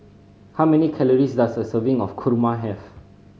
how many calories does a serving of kurma have